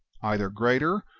either greater,